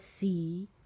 see